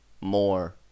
more